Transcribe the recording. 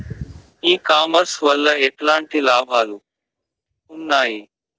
ఈ కామర్స్ వల్ల ఎట్లాంటి లాభాలు ఉన్నాయి?